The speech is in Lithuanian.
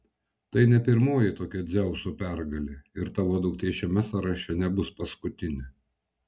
tai ne pirmoji tokia dzeuso pergalė ir tavo duktė šiame sąraše nebus paskutinė